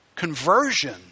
conversion